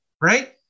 right